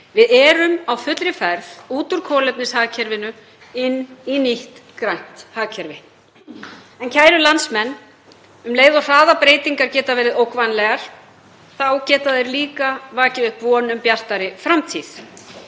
Við erum á fullri ferð út úr kolefnishagkerfinu inn í nýtt grænt hagkerfi. En kæru landsmenn. Um leið og hraðar breytingar geta verið ógnvænlegar þá geta þær líka vakið upp vonir um bjartari framtíð.